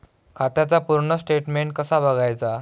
खात्याचा पूर्ण स्टेटमेट कसा बगायचा?